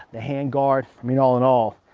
the handguard. i mean all in all,